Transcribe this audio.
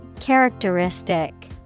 Characteristic